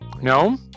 No